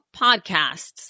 podcasts